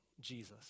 Jesus